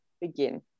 begin